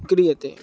क्रियते